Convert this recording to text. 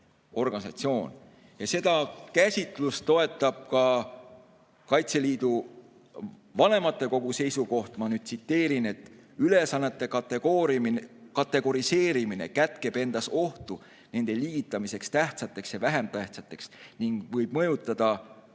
riigikaitseorganisatsioon. Seda käsitlust toetab ka Kaitseliidu vanematekogu seisukoht. Ma tsiteerin: "Ülesannete kategoriseerimine kätkeb endas ohtu nende liigitamiseks tähtsateks ja vähemtähtsateks ning võib mõjutada KaLS